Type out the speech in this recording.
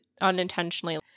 unintentionally